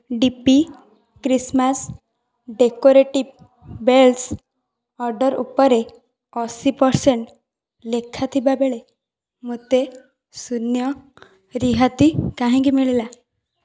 D P Christmas decorative bells order ଉପରେ ଅଶୀ percent ଲେଖା ଥିବାବେଳେ ମୋତେ ଶୂନ ରିହାତି କାହିଁକି ମିଳିଲା